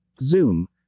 Zoom